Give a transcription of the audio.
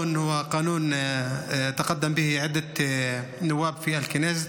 (אומר דברים בשפה הערבית,